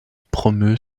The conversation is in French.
promeut